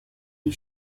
les